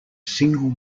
single